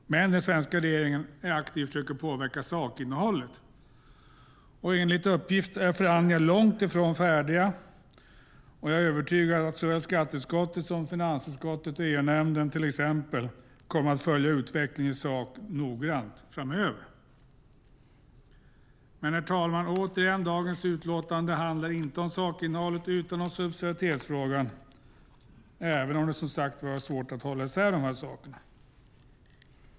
Men den svenska regeringen är aktiv och försöker påverka sakinnehållet. Enligt uppgift är förhandlingarna långt ifrån färdiga, och jag är övertygad om att såväl skatteutskottet som finansutskottet och EU-nämnden till exempel kommer att följa utvecklingen i sak noggrant framöver. Men återigen, herr talman, handlar dagens utlåtande inte om sakinnehållet utan om subsidiaritetsfrågan, även om det som sagt är svårt att hålla isär de här sakerna.